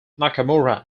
nakamura